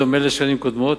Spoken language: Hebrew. בדומה לשנים קודמות,